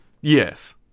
Yes